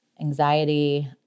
anxiety